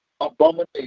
abomination